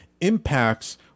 impacts